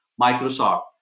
Microsoft